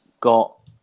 got